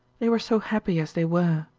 they were so happy as they were.